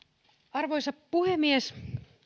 arvoisa puhemies